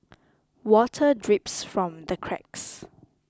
water drips from the cracks